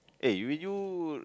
eh will you